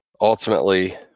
ultimately